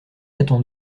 attend